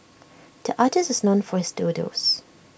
the artist is known for his doodles